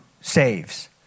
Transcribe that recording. saves